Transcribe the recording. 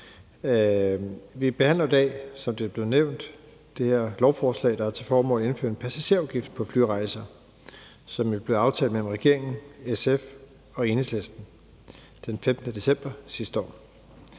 Vi behandler jo i dag, som det er blevet nævnt, det her lovforslag, der har til formål at indføre en passagerafgift på flyrejser, og som blev aftalt mellem regeringen, SF og Enhedslisten den 15. december sidste år.